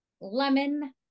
Lemon